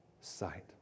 sight